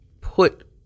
put